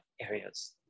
areas